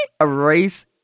erase